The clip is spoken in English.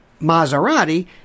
Maserati